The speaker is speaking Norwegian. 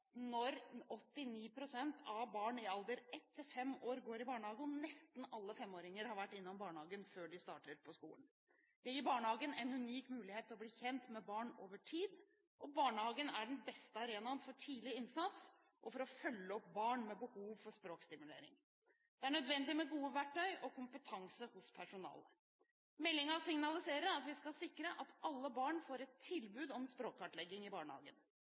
av barn i alderen ett til fem år går i barnehage, og nesten alle femåringer har vært innom barnehagen før de starter på skolen. Det gir barnehagen en unik mulighet til å bli kjent med barn over tid. Barnehagen er den beste arenaen for tidlig innsats og for å følge opp barn med behov for språkstimulering. Det er nødvendig med gode verktøy og kompetanse hos personalet. Meldingen signaliserer at vi skal sikre at alle barn får et tilbud om språkkartlegging i barnehagen.